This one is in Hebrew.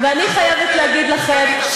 ואני חייבת להגיד לכם,